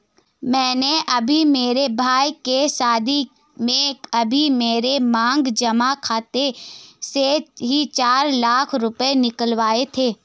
मैंने अभी मेरे भाई के शादी में अभी मेरे मांग जमा खाते से ही चार लाख रुपए निकलवाए थे